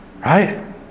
Right